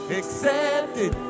accepted